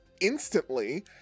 instantly